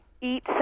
Eat